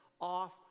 off